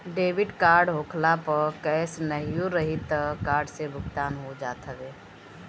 debit card होखला पअ cash नाहियो रही तअ कार्ड से भुगतान हो जात हवे